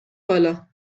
بالا